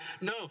No